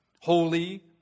holy